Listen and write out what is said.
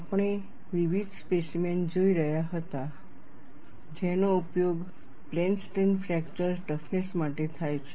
આપણે વિવિધ સ્પેસીમેન જોઈ રહ્યા હતા જેનો ઉપયોગ પ્લેન સ્ટ્રેઈન ફ્રેક્ચર ટફનેસ માટે થાય છે